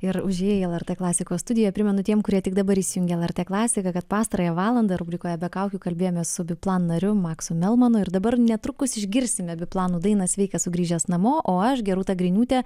ir užėjai į lrt klasikos studiją primenu tiem kurie tik dabar įsijungė lrt klasiką kad pastarąją valandą rubrikoje be kaukių kalbėjomės su biplan nariu maksu melmanu ir dabar netrukus išgirsime biplanų daina sveikas sugrįžęs namo o aš gerūta griniūtė